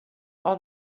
are